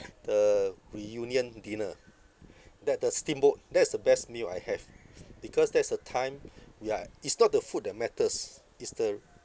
the reunion dinner that the steamboat that is the best meal I have because that's the time we are it's not the food that matters is the